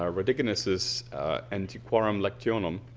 ah rhodiginus's antiquarum lectionum